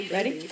Ready